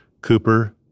Cooper